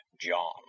John